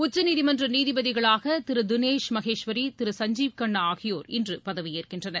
உச்சநீதிமன்ற நீதிபதிகளாக திரு தினேஷ் மகேஸ்வரி திரு சஞ்சீவ் கண்ணா ஆகியோர் இன்று பதவியேற்கின்றனர்